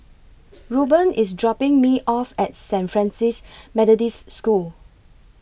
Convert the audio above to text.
Ruben IS dropping Me off At Saint Francis Methodist School